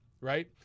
Right